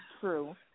true